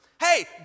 Hey